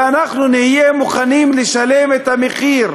ואנחנו נהיה מוכנים לשלם את המחיר.